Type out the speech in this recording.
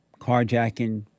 carjacking